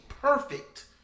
perfect